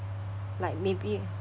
like maybe